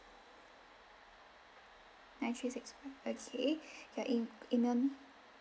nine three six five okay your E email